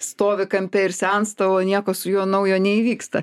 stovi kampe ir sensta o nieko su juo naujo neįvyksta